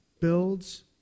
builds